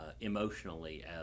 emotionally